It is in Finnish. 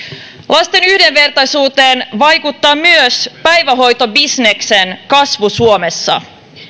lasten yhdenvertaisuuteen vaikuttaa myös päivähoitobisneksen kasvu suomessa ennen